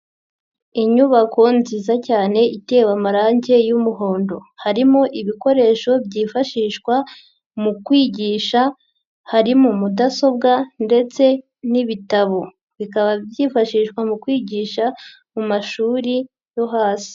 Inyubako nziza cyane itewe amarangi y'umuhondo, harimo ibikoresho byifashishwa mu kwigisha, harimo mudasobwa ndetse n'ibitabo, bikaba byifashishwa mu kwigisha mu mashuri yo hasi.